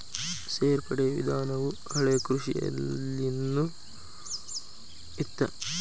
ಸೇರ್ಪಡೆ ವಿಧಾನವು ಹಳೆಕೃಷಿಯಲ್ಲಿನು ಇತ್ತ